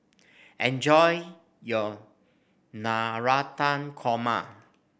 enjoy your Navratan Korma